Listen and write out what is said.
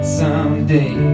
someday